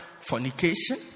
fornication